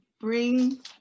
bring